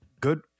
Good